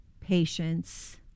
patience